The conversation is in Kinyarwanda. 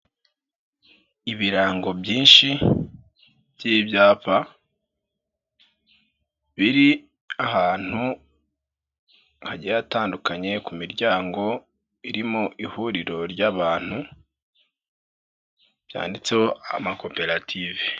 Ibirango byinshi by'ibyapa biri ahantu hagiye hatandukanye ku miryango irimo ihuriro ry'abantu byanditseho amakoperative.